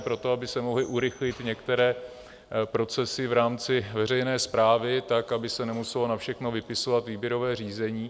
Pro to, aby se mohly urychlit některé procesy v rámci veřejné správy tak, aby se nemuselo na všechno vypisovat výběrové řízení.